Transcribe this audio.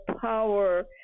power